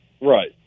Right